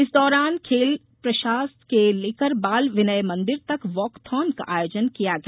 इस दौरान खेल प्रशाल से लेकर बाल विनय मंदिर तक वॉक थॉन का आयोजन किया गया